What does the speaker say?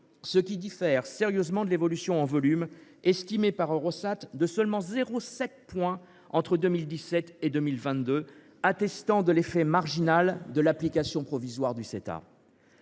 ce qui diffère sérieusement de l’évolution en volume, estimée par Eurostat à seulement 0,7 point entre 2017 et 2022, attestant l’effet marginal de l’application provisoire du Ceta.